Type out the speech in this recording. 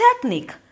technique